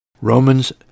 Romans